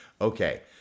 Okay